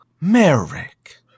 Merrick